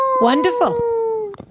Wonderful